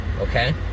Okay